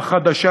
החדשה,